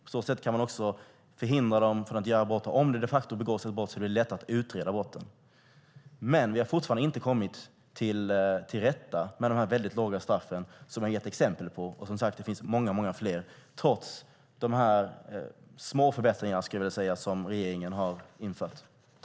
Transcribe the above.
På så sätt kan man förhindra dem från att begå nya brott. Om det de facto begås ett brott är det då lättare att utreda brottet. Men vi har fortfarande inte kommit till rätta med de väldigt låga straffen, som jag har gett exempel på och som är många fler, trots de små förbättringar som regeringen har infört.